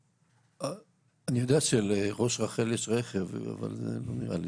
אני יודע שלראש רח"ל יש רכב, אבל לא נראה לי